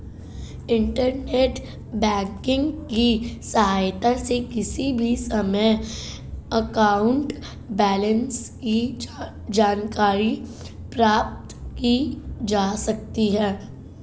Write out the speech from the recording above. internet banking की सहायता से किसी भी समय अकाउंट बैलेंस की जानकारी प्राप्त की जा सकती है